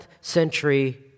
century